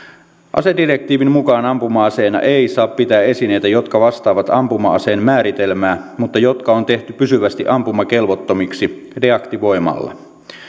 asedirektiivin mukaan ampuma aseena ei saa pitää esineitä jotka vastaavat ampuma aseen määritelmää mutta jotka on tehty pysyvästi ampumakelvottomiksi deaktivoimalla